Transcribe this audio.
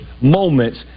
moments